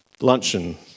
luncheon